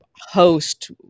host